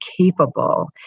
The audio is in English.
capable